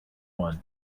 one